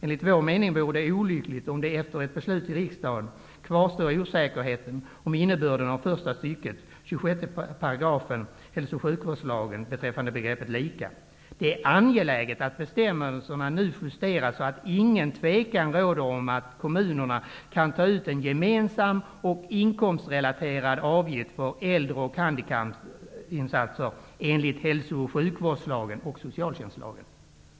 Enligt vår mening vore det olyckligt om det efter ett beslut i riksdagen kvarstår osäkerhet om innebörden av första stycket 26 § HSL Det är angeläget att bestämmelserna nu justeras så att ingen tvekan råder om att kommunerna kan ta ut en gemensam och inkomstrelaterad avgift för äldre och handikappinsatser enligt hälso och sjukvårdslagen och socialtjänstlagen.''